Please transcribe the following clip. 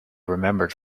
remembered